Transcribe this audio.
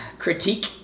Critique